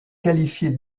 qualifiée